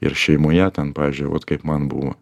ir šeimoje ten pavyzdžiui vot kaip man buvo